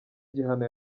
igihano